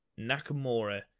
Nakamura